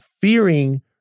fearing